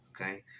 Okay